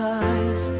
eyes